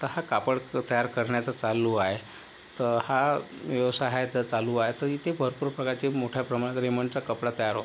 तर हा कापड तयार करण्याचा चालू आहे तर हा व्यवसाय आहे तर चालू आहे तर इथे भरपूर प्रकारचे मोठ्या प्रमाणात रेमंडचा कपडा तयार होतो